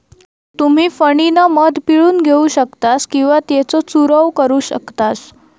तुम्ही फणीनं मध पिळून घेऊ शकतास किंवा त्येचो चूरव करू शकतास